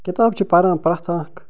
کِتاب چھِ پران پرٛیٚتھ اکھ